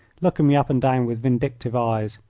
looking me up and down with vindictive eyes.